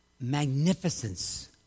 magnificence